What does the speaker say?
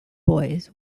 boys